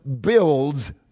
builds